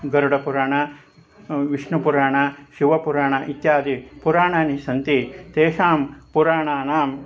गरुडपुराणं विष्णुपुराणं शिवपुराणम् इत्यादि पुराणानि सन्ति तेषां पुराणानां